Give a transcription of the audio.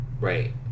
Right